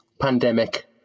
pandemic